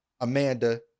Amanda